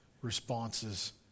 responses